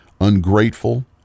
ungrateful